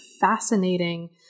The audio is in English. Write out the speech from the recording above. fascinating